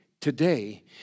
today